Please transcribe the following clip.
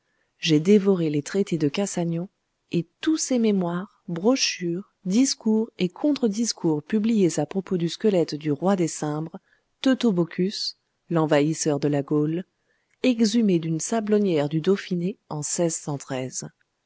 j'ai dévoré les traités de cassanion et tous ces mémoires brochures discours et contre discours publiés à propos du squelette du roi des cimbres teutobochus l'envahisseur de la gaule exhumé d'une sablonnière du dauphiné en